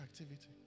activity